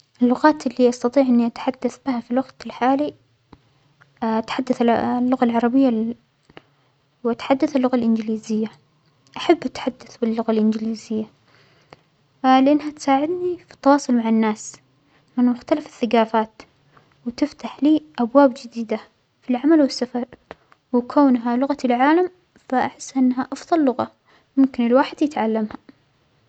اللغات اللى أستطيع أنى أتحدث بها في الوجت الحالي أتحدث الع-اللغة العربية ال وأتحدث اللغة الإنجليزية، أحب أتحدث باللغة الإنجليزية لأنها تساعدنى في التواصل مع الناس من مختلف الثقافات وتفتح لى أبوب جديدة في العمل والسفر، وكونها لغة العالم فأحس أنها أفظل لغة ممكن الواحد يتعلمها.